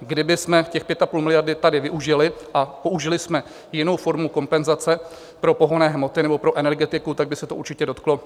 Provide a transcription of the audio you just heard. Kdybychom těch 5,5 miliardy tady využili a použili jsme jinou formu kompenzace pro pohonné hmoty nebo pro energetiku, tak by se to určitě dotklo